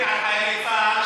אפרטהייד זה קבעו,